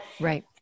Right